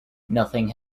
nothing